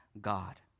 God